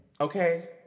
okay